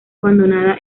abandonada